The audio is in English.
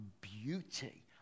beauty